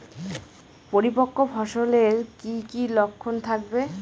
পরিপক্ক ফসলের কি কি লক্ষণ থাকবে?